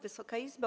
Wysoka Izbo!